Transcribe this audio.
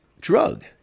drug